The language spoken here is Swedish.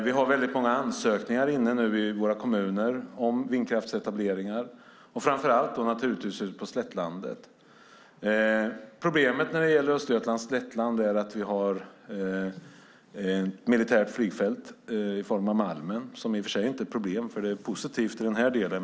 Vi har många ansökningar inne nu i våra kommuner om vindkraftsetableringar, framför allt naturligtvis ute på slättlandet. Problemet när det gäller Östergötlands slättland är att vi har ett militärt flygfält, Malmen - det är i och för sig inte ett problem, för det är positivt i den här delen.